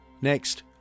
Next